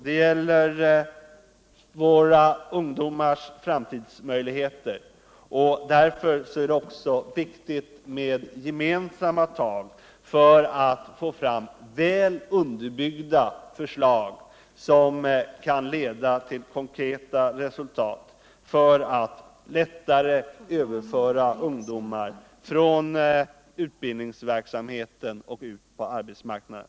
Det gäller våra ungdomars framtidsmöjligheter. Därför är det också viktigt med gemensamma tag för att få fram väl underbyggda förslag som kan leda till konkreta resultat för att lättare överföra ungdomar från utbildningsverksamheten till arbetsmarknaden.